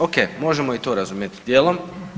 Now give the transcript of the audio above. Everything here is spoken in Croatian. Ok, možemo i to razumjeti dijelom.